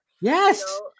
yes